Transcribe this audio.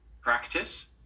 practice